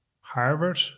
Harvard